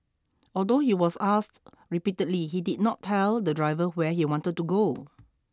although he was asked repeatedly he did not tell the driver where he wanted to go